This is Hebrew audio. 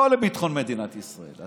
לא לביטחון מדינת ישראל,